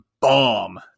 bomb